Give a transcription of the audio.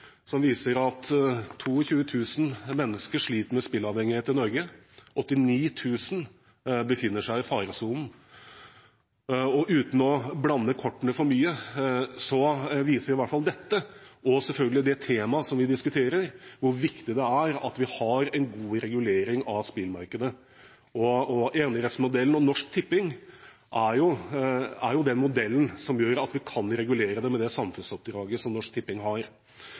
som viser at 22 000 mennesker i Norge sliter med spilleavhengighet. 89 000 befinner seg i faresonen. Uten å blande kortene for mye viser i hvert fall dette – og selvfølgelig det temaet vi diskuterer – hvor viktig det er at vi har en god regulering av spillmarkedet. Enerettsmodellen til Norsk Tipping er jo den modellen som gjør at vi kan regulere dette – med det samfunnsoppdraget som Norsk Tipping har.